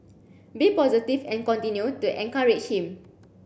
be positive and continue to encourage him